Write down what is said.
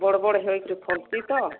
ବଡ଼ ବଡ଼ ହେଇକରି ଫଳଛି ତ